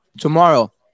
tomorrow